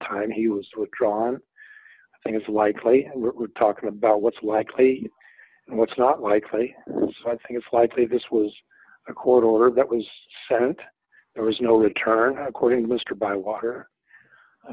time he was withdrawn i think it's likely we're talking about what's likely what's not likely i think it's likely this was a court order that was sent there was no return according to mr by water i